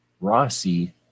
Rossi